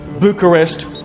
Bucharest